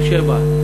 באר-שבע,